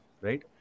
right